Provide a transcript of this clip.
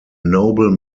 noble